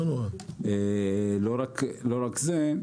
לא רק זה,